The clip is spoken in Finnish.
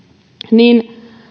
niin